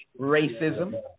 racism